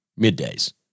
middays